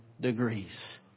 degrees